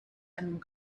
and